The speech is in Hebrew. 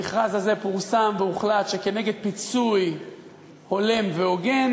במכרז הזה פורסם והוחלט שכנגד פיצוי הולם והוגן